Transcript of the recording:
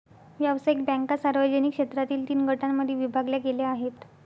व्यावसायिक बँका सार्वजनिक क्षेत्रातील तीन गटांमध्ये विभागल्या गेल्या आहेत